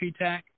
PTAC